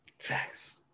facts